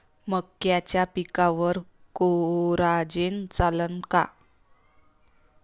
मक्याच्या पिकावर कोराजेन चालन का?